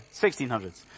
1600s